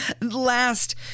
last